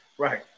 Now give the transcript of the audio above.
Right